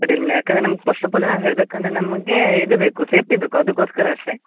ಅಡ್ಡಿಯಿಲ್ಲ ಮೇಡಂ ಯಾಕಂದ್ರೆ ನಮ್ಗೆ ಫಸ್ಟಫಾಲ್ ಏನಾದ್ರು ಹೇಳಬೇಕಂದ್ರೆ ನಮಗೆ ಇದು ಬೇಕು ಸೇಫ್ಟಿ ಬೇಕು ಅದಕೋಸ್ಕರ ಅಷ್ಟೇ